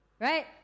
right